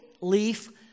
leaf